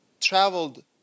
traveled